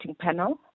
panel